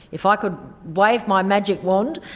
if i could wave my magic wand,